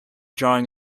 drawing